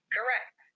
Correct